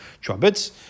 trumpets